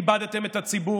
לכן איבדתם את הציבור.